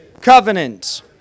covenant